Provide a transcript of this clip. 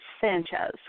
Sanchez